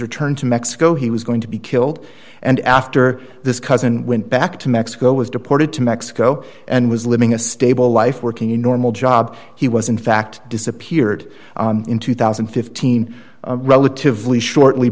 returned to mexico he was going to be killed and after this cousin went back to mexico was deported to mexico and was living a stable life working a normal job he was in fact disappeared in two thousand and fifteen relatively shortly